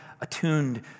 attuned